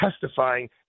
testifying